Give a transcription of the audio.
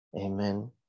Amen